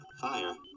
fire